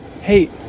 Hey